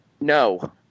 No